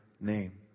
name